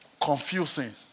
confusing